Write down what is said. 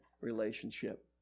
relationship